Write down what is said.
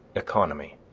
economy